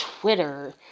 Twitter